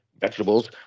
vegetables